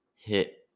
hit